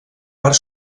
part